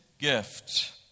gift